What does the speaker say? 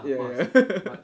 ya ya